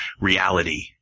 reality